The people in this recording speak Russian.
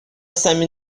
сами